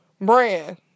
brand